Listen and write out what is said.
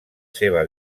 seva